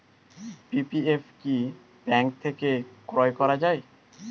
PPF কি bank থেকে ক্রয় করা যায়?